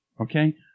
okay